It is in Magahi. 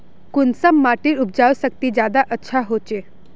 कुंसम माटिर उपजाऊ शक्ति ज्यादा अच्छा होचए?